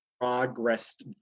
progressed